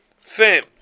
Fam